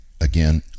again